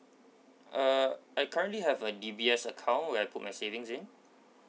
uh I currently have a DBS account where I put my savings in